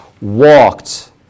walked